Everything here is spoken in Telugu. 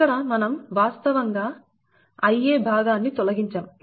ఇక్కడ మనం వాస్తవంగా Ia భాగాన్ని తొలగించాము